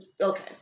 Okay